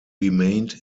remained